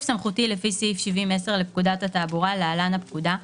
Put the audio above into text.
סמכותי לפי סעיף 70(10) לפקודת התעבורה (להלן-הפקודה),